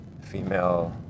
female